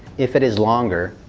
if it is longer,